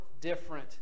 different